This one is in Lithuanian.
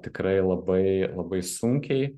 tikrai labai labai sunkiai